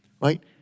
right